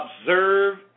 Observe